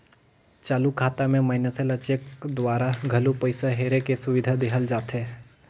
चालू खाता मे मइनसे ल चेक दूवारा घलो पइसा हेरे के सुबिधा देहल जाथे